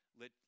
let